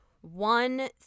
one